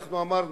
אנחנו אמרנו,